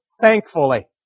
thankfully